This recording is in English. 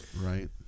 right